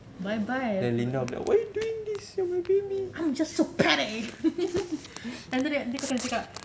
bye bye I'm just so patty and then kau kena cakap